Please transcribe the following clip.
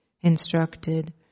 instructed